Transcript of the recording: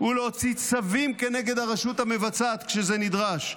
הוא להוציא צווים כנגד הרשות המבצעת כשזה נדרש.